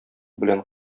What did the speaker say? белән